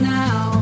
now